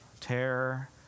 terror